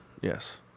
yes